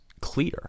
clear